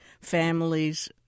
families